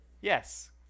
Yes